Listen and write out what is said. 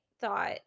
thought